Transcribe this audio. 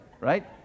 right